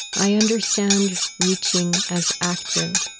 i understand reaching as active,